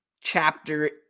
chapter